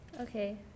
okay